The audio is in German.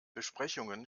besprechungen